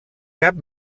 cap